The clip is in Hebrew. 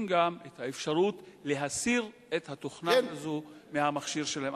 גם את האפשרות להסיר את התוכנה הזו מהמכשיר שלהם.